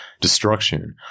destruction